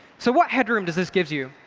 so what headroom does this give you?